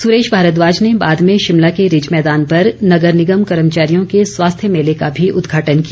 सुरेश भारद्वाज ने बाद में शिमला के रिज मैदान पर नगर निगम कर्मचारियों के स्वास्थ्य मेले का भी उदघाटन किया